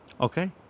Okay